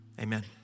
amen